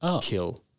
kill